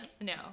no